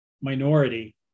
minority